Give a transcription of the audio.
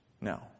No